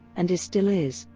and is still is,